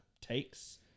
takes